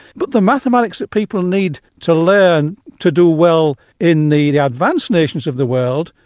but the mathematics that people need to learn to do well in the the advanced nations of the world,